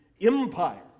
empire